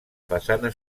façana